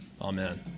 Amen